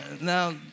Now